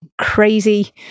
crazy